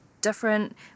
different